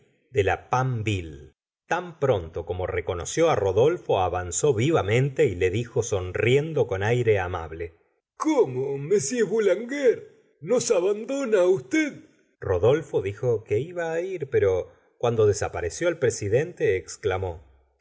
de la panville tan pronto como reconoció rodolfo avanzó vivamente y le dijo sonriendo con aire amable cómo m boulanger nos abandona usted rodolfo dijo que iba á ir pero cuando desapareció el presidente exclamó